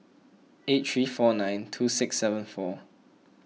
eight three four nine two six seven four